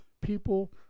people